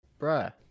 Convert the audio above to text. Bruh